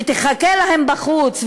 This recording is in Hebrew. ותחכה להם בחוץ,